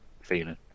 feeling